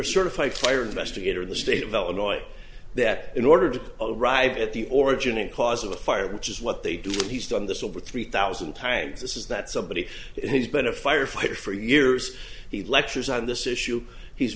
fight fire investigator the state of illinois that in order to arrive at the origin and cause of the fire which is what they do he's done this over three thousand times this is that somebody who's been a firefighter for years he lectures on this issue he's